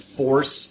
force